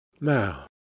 now